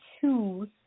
choose